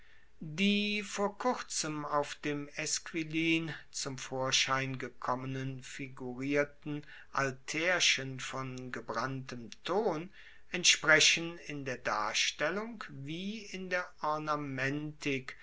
die vor kurzem auf dem esquilin zum vorschein gekommenen figurierten altaerchen von gebranntem ton entsprechen in der darstellung wie in der